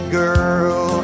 girl